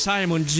Simon